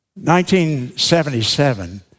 1977